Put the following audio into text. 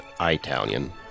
Italian